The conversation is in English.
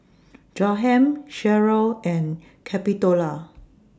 Jaheim Sheryll and Capitola